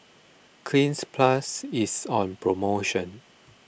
Cleanz Plus is on promotion